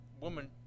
woman